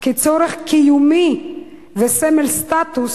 כצורך קיומי וסמל סטטוס,